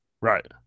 Right